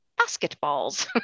basketballs